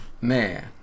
man